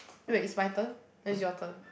wait is my turn no is your turn